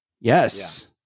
yes